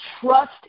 trust